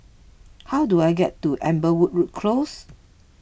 how do I get to Amberwood Close